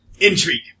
intrigue